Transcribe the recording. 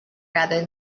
rather